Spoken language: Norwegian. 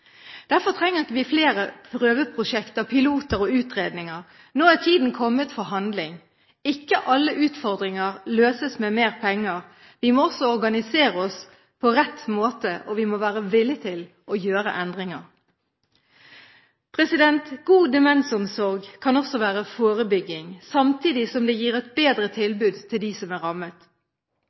Derfor trenger vi ikke flere prøveprosjekter, piloter og utredninger, nå er tiden kommet for handling. Ikke alle utfordringer løses med mer penger. Vi må også organisere oss på rett måte, og vi må være villige til å gjøre endringer. God demensomsorg kan også være forebygging, samtidig som det gir et bedre tilbud til dem som er rammet.